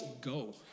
go